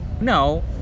No